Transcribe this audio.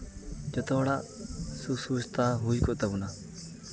ᱡᱚᱛᱚ ᱦᱚᱲᱟᱜ ᱥᱩᱵᱤᱥᱛᱟ ᱦᱩᱭ ᱠᱚᱜ ᱛᱟᱵᱚᱱᱟ